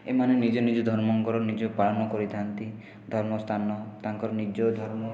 ଏମାନେ ନିଜେ ନିଜେ ଧର୍ମଙ୍କର ପାଳନ ନିଜେ କରିଥାନ୍ତି ଧର୍ମ ସ୍ଥାନ ତାଙ୍କ ନିଜ ଧର୍ମ